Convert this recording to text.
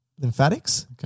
Lymphatics